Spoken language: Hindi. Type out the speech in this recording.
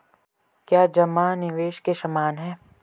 क्या जमा निवेश के समान है?